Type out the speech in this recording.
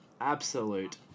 absolute